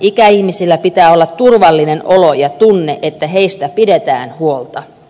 ikäihmisillä pitää olla turvallinen olo ja tunne että heistä pidetään huolta